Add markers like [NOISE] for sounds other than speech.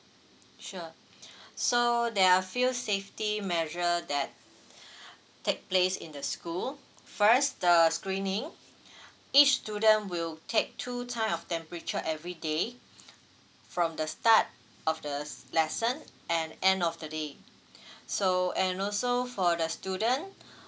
sure [BREATH] so there are a few safety measure that [BREATH] take place in the school first the screening [BREATH] each student will take two time of temperature everyday from the start of the lesson and end of the day so and also for the student [BREATH]